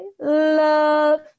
love